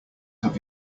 have